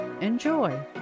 Enjoy